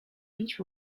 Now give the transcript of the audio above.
beech